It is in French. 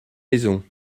maison